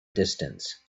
distance